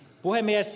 puhemies